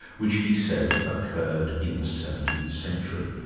which he says occurred in the seventeenth century.